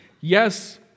Yes